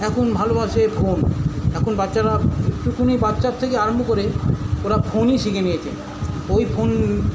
এখন ভালবাসে ফোন এখন বাচ্চারা একটুকুনি বাচ্চার থেকে আরম্ভ করে ওরা ফোনই শিখে নিয়েছে ওই ফোন